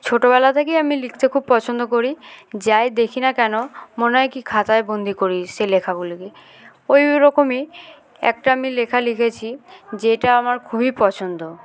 ছোটবেলা থেকেই আমি লিখতে খুব পছন্দ করি যাই দেখি না কেন মনে হয় কি খাতায় বন্দি করি সে লেখাগুলিকে ওই রকমই একটা আমি লেখা লিখেছি যেটা আমার খুবই পছন্দ